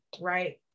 right